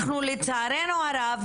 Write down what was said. לצערנו הרב,